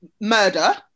murder